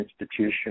institution